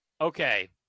Okay